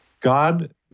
God